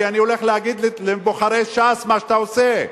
כי אני הולך להגיד לבוחרי ש"ס מה שאתה עושה,